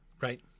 Right